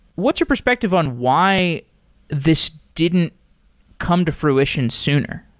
what's your perspective on why this didn't come to fruition sooner?